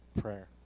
prayer